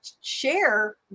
share